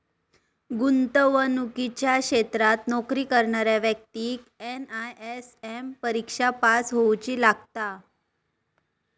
गुंतवणुकीच्या क्षेत्रात नोकरी करणाऱ्या व्यक्तिक एन.आय.एस.एम परिक्षा पास होउची लागता